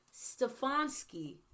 Stefanski